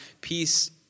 peace